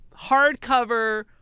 hardcover